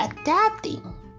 adapting